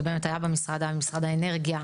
שבאמת היה במשרד האנרגיה,